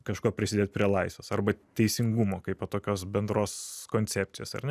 kažkuo prisidėt prie laisvės arba teisingumo kaipo tokios bendros koncepcijos ar ne